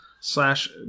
slash